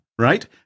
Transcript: Right